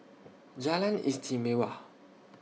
Jalan Istimewa